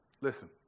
Listen